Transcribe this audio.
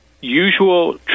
usual